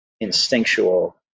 instinctual